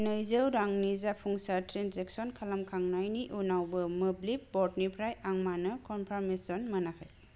नैजौ रांनि जाफुंसार ट्रेन्जेकशन खालामखांनायनि उनावबो मोब्लिब ब'र्डनिफ्राय आं मानो कन्फार्मेशन मोनाखै